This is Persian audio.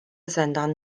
زندان